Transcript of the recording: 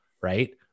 right